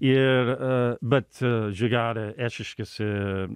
ir a bet gera eišiškėse